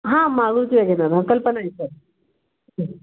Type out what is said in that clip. हां मारूती वॅगनार कल्पना आहे सर